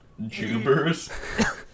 jubers